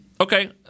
Okay